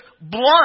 blunt